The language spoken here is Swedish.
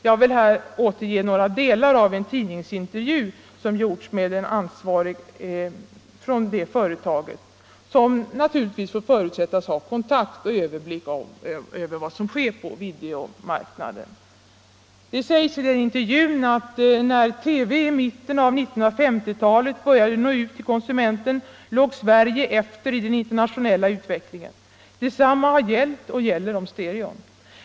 Jag vill här återge delar av en tidningsintervju med en ansvarig från det företaget, som naturligtvis får förutsättas ha kontakt med och överblick över vad som sker på videomarknaden. Det sägs i intervjun bl.a.: ”När TV i mitten av 1950-talet började nå ut till konsumenterna, låg Sverige efter i den internationella utvecklingen. Detsamma har gällt om stereon.